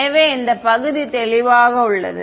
எனவே இந்த பகுதி தெளிவாக உள்ளது